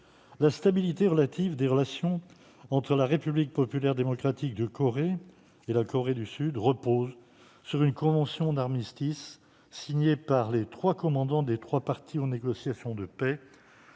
La stabilité relative des relations entre la République populaire démocratique de Corée et la Corée du Sud repose sur une convention d'armistice signée par les commandants des trois parties aux négociations de paix